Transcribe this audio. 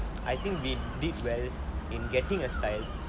I think we did well in getting a style